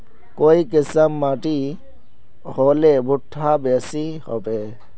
काई किसम माटी होले भुट्टा बेसी होबे?